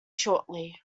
shortly